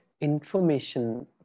information